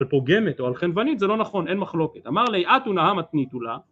פוגמת או על חנוונית זה לא נכון אין מחלוקת אמר לי את ונאה מתניתו לה